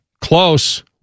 Close